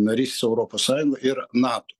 narystės europos sąjungoj ir nato